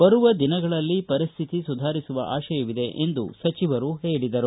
ಬರುವ ದಿನಗಳಲ್ಲಿ ಪರಿಸ್ಥಿತಿ ಸುಧಾರಿಸುವ ಆಶಯವಿದೆ ಎಂದು ಸಚಿವರು ಹೇಳಿದರು